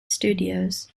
studios